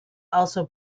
also